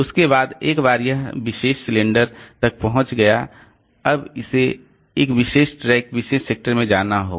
इसके बाद एक बार यह विशेष सिलेंडर तक पहुंच गया अब इसे एक विशेष ट्रैक विशेष सेक्टर में जाना होगा